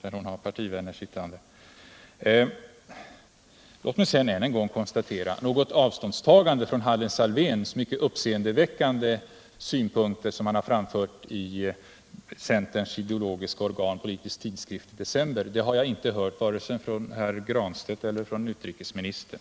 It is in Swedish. där hon har partivänner sittande. Låt mig sedan än en gång konstatera: Något avståndstagande från Hannes Alfvéns mycket uppseendeväckande synpunkter som han framförde i december i centerns ideologiska organ Politisk Tidskrift har jag inte hört vare sig från herr Granstedt eller från utrikesministern.